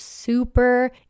super